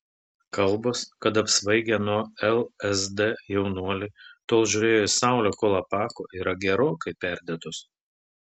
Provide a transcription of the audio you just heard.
kalbos kad apsvaigę nuo lsd jaunuoliai tol žiūrėjo į saulę kol apako yra gerokai perdėtos